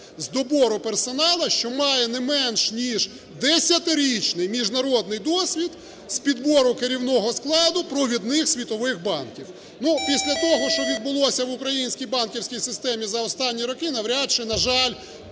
з добору персоналу, що має не менш ніж десятирічний міжнародний досвід з підбору керівного складу провідних світових банків. Ну, після того, що відбулося в українській банківській системі за останні роки, навряд чи, на жаль,